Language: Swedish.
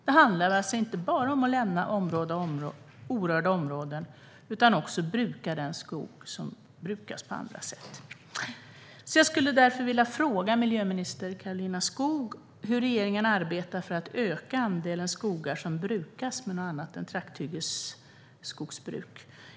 Det handlar alltså inte bara om att lämna orörda områden utan att också om att bruka den skog som brukas på andra sätt. Jag vill därför fråga miljöminister Karolina Skog hur regeringen arbetar för att öka andelen skogar som brukas med något annat än trakthyggesskogsbruk.